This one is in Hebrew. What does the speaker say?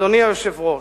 אדוני היושב-ראש,